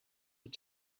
were